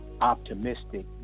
optimistic